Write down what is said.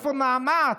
איפה נעמת?